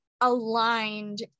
aligned